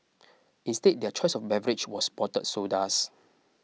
instead their choice of beverage was bottled sodas